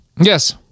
Yes